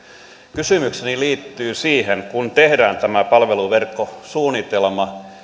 kysymykseni liittyy siihen että kun tehdään tämä palveluverkkosuunnitelma